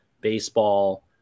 baseball